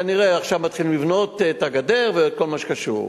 כנראה עכשיו מתחילים לבנות את הגדר ואת כל מה שקשור.